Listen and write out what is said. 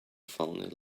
phoney